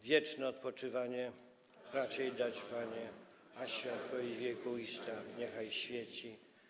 Wieczne odpoczywanie racz jej dać, Panie, a światłość wiekuista niechaj jej świeci.